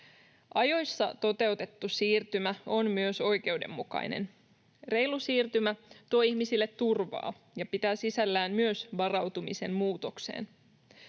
Ajoissa toteutettu siirtymä on myös oikeudenmukainen. Reilu siirtymä tuo ihmisille turvaa ja pitää sisällään myös varautumisen muutokseen.